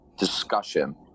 discussion